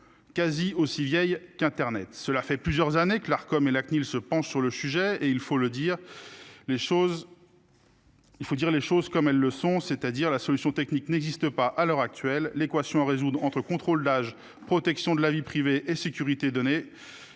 Quasi aussi vieille qu'Internet cela fait plusieurs années que l'Arcom et la CNIL se penche sur le sujet et il faut le dire les choses. Il faut dire les choses comme elles le sont, c'est-à-dire la solution technique n'existe pas à l'heure actuelle, l'équation à résoudre entre contrôle d'âge, protection de la vie privée et sécurité, donner